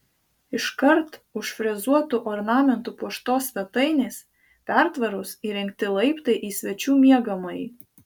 iškart už frezuotu ornamentu puoštos svetainės pertvaros įrengti laiptai į svečių miegamąjį